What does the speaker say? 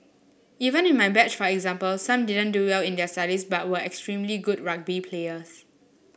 even in my batch for example some didn't do well in their studies but were extremely good rugby players